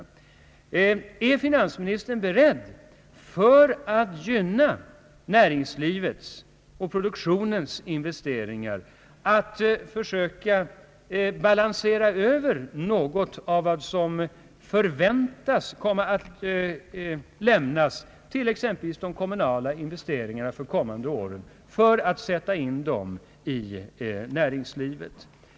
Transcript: Är finansministern beredd att gynna näringslivets och produktionens investeringar, att försöka balansera över något av vad som förväntas komma att utgå till exempelvis de kommunala investeringarna för de kommande åren och sätta in dem i näringslivet?